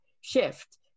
shift